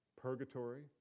purgatory